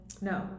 No